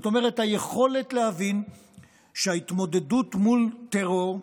זאת אומרת, היכולת להבין שההתמודדות מול טרור,